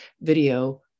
video